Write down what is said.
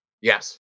Yes